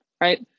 Right